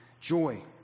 joy